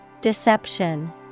Deception